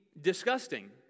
disgusting